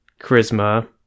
charisma